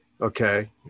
okay